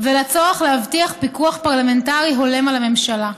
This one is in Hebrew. ולצורך להבטיח פיקוח פרלמנטרי הולם על הממשלה.